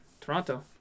Toronto